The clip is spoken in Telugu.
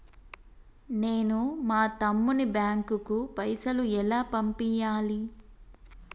నేను మా తమ్ముని బ్యాంకుకు పైసలు ఎలా పంపియ్యాలి?